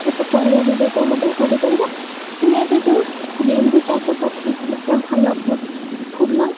ଛୋଟ ପରିବା ବ୍ୟବସାୟ ମଧ୍ୟ କରିପାରିବା କିମ୍ବା ଏବେ ଯେଉଁ ଗେଣ୍ଡୁ ଚାଷ କରୁଛନ୍ତି ମଧ୍ୟ ଭଲ ପ ଫୁଲ